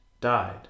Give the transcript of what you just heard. died